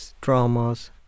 dramas